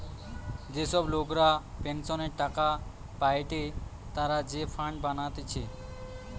যে সব লোকরা পেনসনের টাকা পায়েটে তারা যে ফান্ড বানাতিছে